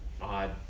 odd